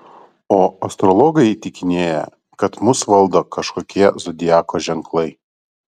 o astrologai įtikinėja kad mus valdo kažkokie zodiako ženklai